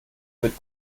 wird